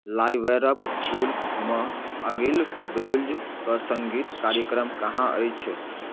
Liverpool मे अगिला blues के संगीत कार्यक्रम कहाँ अछि